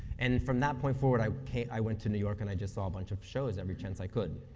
and from that point forward, i i went to new york, and i just saw a bunch of shows every chance i could,